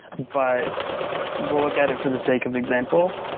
but we'll look at it for the sake of example.